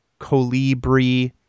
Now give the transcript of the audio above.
Colibri